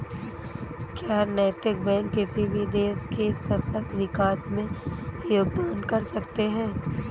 क्या नैतिक बैंक किसी भी देश के सतत विकास में योगदान कर सकते हैं?